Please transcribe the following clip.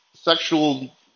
sexual